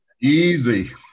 Easy